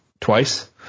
twice